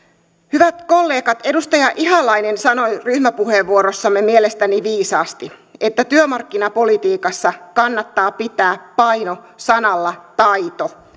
hyvät kollegat edustaja ihalainen sanoi ryhmäpuheenvuorossamme mielestäni viisaasti että työmarkkinapolitiikassa kannattaa pitää paino sanalla taito